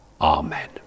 Amen